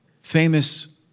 famous